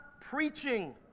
preaching